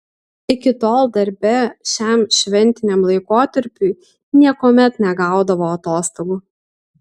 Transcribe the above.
iki tol darbe šiam šventiniam laikotarpiui niekuomet negaudavo atostogų